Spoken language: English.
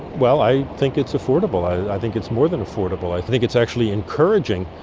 well i think it's affordable. i think it's more than affordable, i think it's actually encouraging.